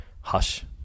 Hush